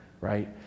right